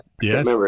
Yes